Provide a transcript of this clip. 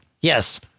Yes